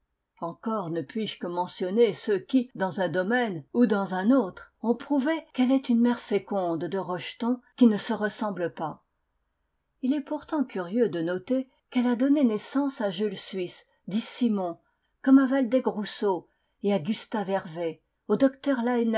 encore ne puis-je que mentionner ceux qui dans un domaine ou dans un autre ont prouvé qu'elle est une mère féconde de rejetons qui ne se ressemblent pas il est pourtant curieux de noter qu'elle a donné naissance à jules suisse dit simon comme à waldeck rousseau et à gustave hervé au docteur